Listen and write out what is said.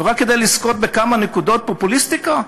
ורק כדי לזכות בכמה נקודות פופוליסטיקה?